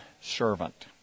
servant